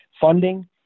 funding